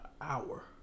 hour